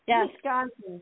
Wisconsin